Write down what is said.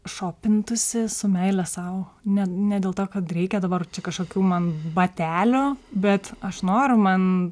šopintusi su meile sau ne ne dėl to kad reikia dabar čia kažkokių man batelių bet aš noriu man